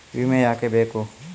ವಿಮೆ ಯಾಕೆ ಬೇಕು?